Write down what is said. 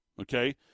Okay